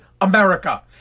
America